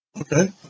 Okay